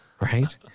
Right